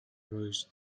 rows